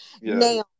Now